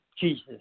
Jesus